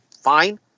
fine